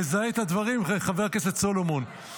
מזהה את הדברים, חבר הכנסת סולומון?